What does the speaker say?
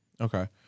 Okay